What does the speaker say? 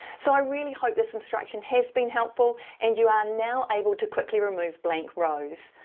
so, i really hope this instruction has been helpful and you are now able to quickly remove blank rows.